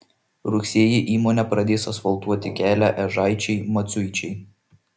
rugsėjį įmonė pradės asfaltuoti kelią ežaičiai maciuičiai